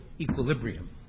equilibrium